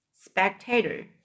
spectator